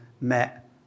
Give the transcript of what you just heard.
met